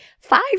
five